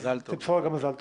אז תמסור לה גם מזל טוב.